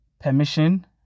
permission